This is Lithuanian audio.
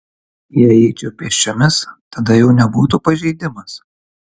jei eičiau pėsčiomis tada jau nebūtų pažeidimas